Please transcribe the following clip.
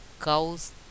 cows